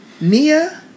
Nia